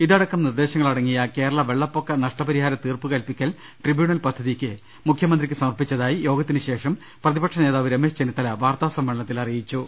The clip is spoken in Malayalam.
ഇതടക്കം നിർദ്ദേ ശങ്ങളടങ്ങിയ കേരള വെള്ളപ്പൊക്ക നഷ്ടപരിഹാര തീർപ്പു കൽപ്പിക്കൽ ട്രിബ്യൂണൽ പദ്ധതി മുഖ്യമന്ത്രിക്ക് സമർപ്പിച്ചതായി യോഗത്തിന് ശേഷം പ്രതിപക്ഷ നേതാവ് രമേശ് ചെന്നിത്തല വാർത്താ സമ്മേളനത്തിൽ അറിയി ച്ചു